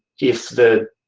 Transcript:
if the,